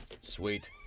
Sweet